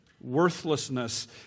worthlessness